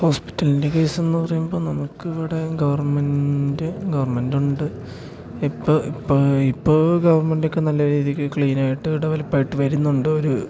ഹോസ്പിറ്റലിൻ്റെ കേസ്ന്ന് പറയുമ്പം നമുക്ക് അവിടെ ഗവർമെൻ്റ് ഗവർമെൻ്റുണ്ട് ഇപ്പം ഇപ്പം ഇപ്പോൾ ഗവർമെൻറ്റൊക്കെ നല്ല രീതിക്ക് ക്ലീനായിട്ട് ഡെവലപ്പായിട്ട് വരുന്നുണ്ട് ഒരു